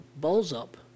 balls-up